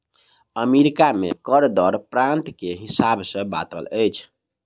America में कर दर प्रान्त के हिसाब सॅ बाँटल अछि